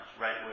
right